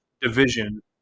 division –